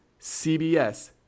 CBS